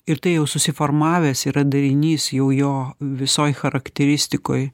ir tai jau susiformavęs yra darinys jau jo visoj charakteristikoj